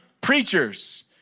preachers